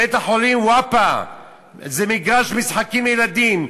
בית-החולים "אל-ופא" זה מגרש משחקים לילדים,